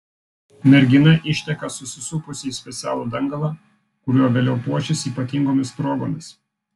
mergina išteka susisupusi į specialų dangalą kuriuo vėliau puošis ypatingomis progomis